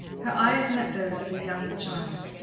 her eyes met those of a younger child,